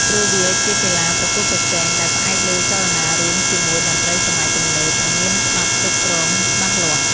ព្រោះវាជាកីឡាប្រកួតប្រជែង ដែលផ្អែកលើចលនារួមជាមួយតន្ត្រីសម័យទំនើប និងមានច្បាប់គ្រប់គ្រងច្បាស់លាស់។